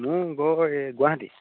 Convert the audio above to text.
মোৰ ঘৰ এই গুৱাহাটী